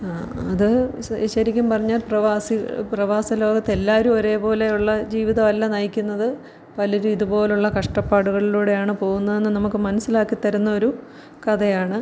അത് ശ ശരിക്കും പറഞ്ഞാല് പ്രവാസി പ്രവാസ ലോകത്തെല്ലാവരും ഒരേപോലെ ഉള്ള ജീവിതമല്ല നയിക്കുന്നത് പലരും ഇതുപോലുള്ള കഷ്ടപ്പാടുകളിലൂടെയാണ് പോവുന്നതെന്നു നമുക്ക് മനസ്സിലാക്കിത്തരുന്നൊരു കഥയാണ്